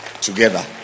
together